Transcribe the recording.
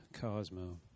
Cosmo